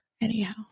anyhow